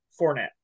Fournette